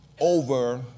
over